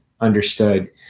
Understood